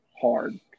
hard